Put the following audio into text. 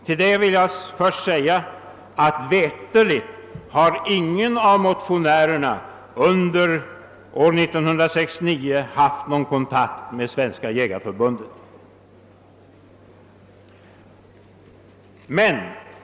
Till detta vill jag först säga att veterligt har ingen av motionärerna haft någon kontakt med Svenska jägareförbundet under år 1969.